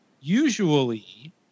Usually